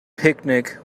picnic